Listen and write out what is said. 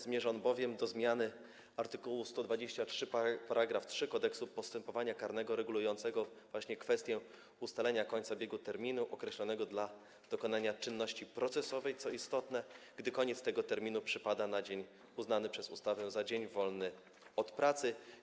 Zmierza on bowiem do zmiany art. 123 § 3 Kodeksu postępowania karnego regulującego kwestię ustalenia końca biegu terminu określonego dla dokonania czynności procesowej, co istotne, gdy koniec tego terminu przypada na dzień uznany przez ustawę za dzień wolny od pracy.